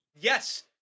Yes